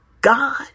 God